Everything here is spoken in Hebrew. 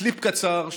קליפ קצר,